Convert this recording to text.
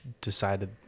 decided